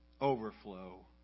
overflow